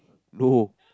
no